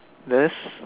there's